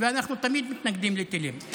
ואנחנו תמיד מתנגדים לטילים.